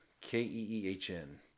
K-E-E-H-N